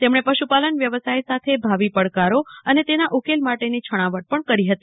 તેમણે પશુપાલન વ્યવસાય સાથે ભાવિ પડકારો અને તેના ઉકેલ માટેની છણાવટ પણ કરી હતી